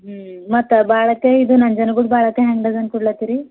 ಹ್ಞೂ ಮತ್ತು ಬಾಳೆಕಾಯಿ ಇದು ನಂಜನಗೂಡು ಬಾಳೆಕಾಯಿ ಹೆಂಗೆ ಡಝನ್ ಕೊಡ್ಲತ್ತೀರಿ